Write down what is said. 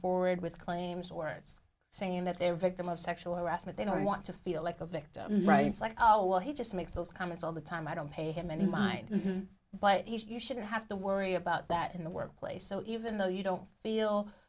forward with claims or it's saying that they're victim of sexual harassment they don't want to feel like a victim right it's like oh well he just makes those comments all the time i don't pay him any mind but you shouldn't have to worry about that in the workplace so even though you don't feel